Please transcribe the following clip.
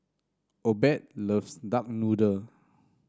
Obed loves Duck Noodle